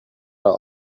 all